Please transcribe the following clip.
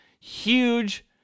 huge